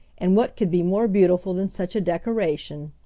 and what could be more beautiful than such a decoration?